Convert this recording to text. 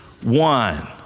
one